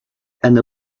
and